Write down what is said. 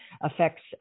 affects